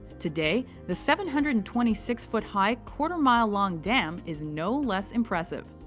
today, the seven hundred and twenty six foot high, quarter-mile-long dam is no less impressive.